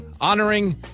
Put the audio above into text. honoring